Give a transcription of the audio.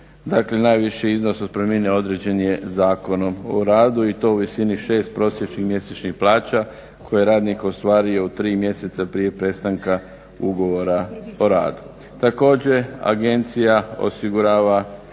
dakle najviši iznos otpremnine određen je Zakonom o radu i to u visini 6 prosječnih mjesečnih plaća koje je radnik ostvario u tri mjeseca prije prestanka ugovora o radu. Također, agencija osigurava